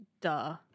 duh